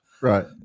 Right